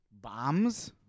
Bombs